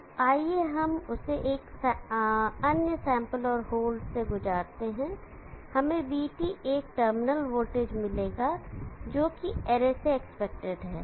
तो आइए हम उसे अन्य सैंपल और होल्ड से गुजारते हैं हमें vT एक टर्मिनल वोल्टेज मिलेगा जो कि एरे से एक्सपेक्टेड है